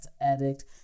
Addict